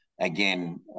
Again